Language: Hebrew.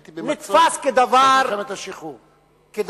הייתי במצור במלחמת השחרור.